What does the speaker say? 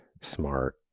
smart